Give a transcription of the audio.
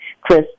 Chris